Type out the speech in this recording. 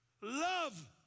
Love